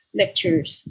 lectures